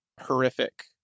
horrific